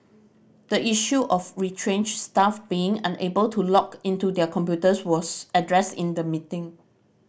the issue of retrenched staff being unable to log into their computers was addressed in the meeting